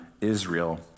Israel